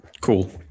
cool